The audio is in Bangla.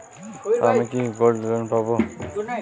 আমি কি গোল্ড লোন পাবো?